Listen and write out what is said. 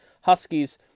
Huskies